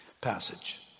passage